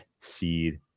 seed